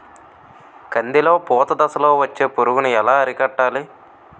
కందిలో పూత దశలో వచ్చే పురుగును ఎలా అరికట్టాలి?